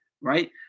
right